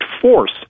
force